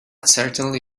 certainly